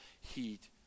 heat